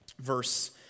verse